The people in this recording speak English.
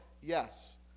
Yes